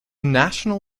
national